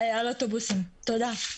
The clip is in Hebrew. תודה.